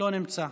לא נמצא,